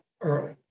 early